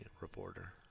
reporter